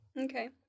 Okay